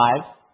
five